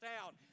town